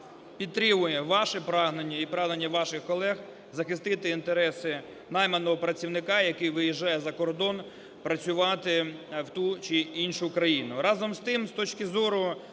підтримує ваше прагнення і прагнення ваших колег захистити інтереси найманого працівника, який виїжджає за кордон працювати в ту чи іншу країну.